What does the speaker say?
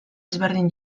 ezberdin